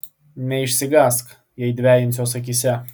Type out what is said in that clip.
neišsigąsk jei dvejinsiuos akyse